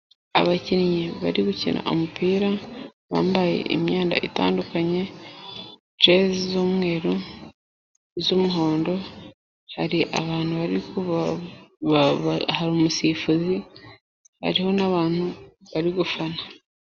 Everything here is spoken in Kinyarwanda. Abakinnyi bari gukina umupira bambaye imyenda itandukanye, jezi z'umweru, iz'umuhondo, hari umusifuzi, hariho n'abantu bari gufana.